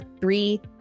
three